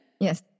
Yes